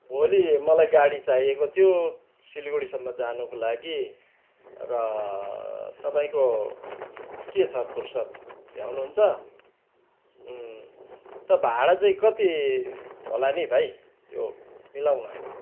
भोलि मलाई गाडी चाहिएको थियो सिलगुडीसम्म जानुको लागि र तपाईँको के छ फुर्सद भ्याउनुहुन्छ त भाडा चाहिँ कति होला नि भाइ त्यो मिलाउन